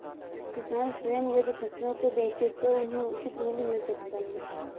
किसान स्वयं यदि फसलों को बेचे तो उन्हें उचित मूल्य मिल सकता है